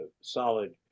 solid